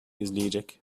izleyecek